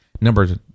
number